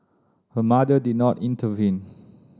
her mother did not intervene